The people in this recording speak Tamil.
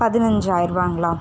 பதினஞ்சாயிருபாங்களா